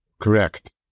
Correct